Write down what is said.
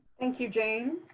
thank you, jane.